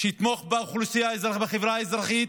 שיתמוך בחברה האזרחית.